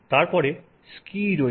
তারপরে স্কি রয়েছে